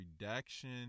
redaction